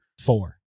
four